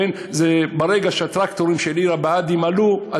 אך ברגע שהטרקטורים של עיר-הבה"דים עלו,